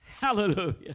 Hallelujah